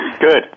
Good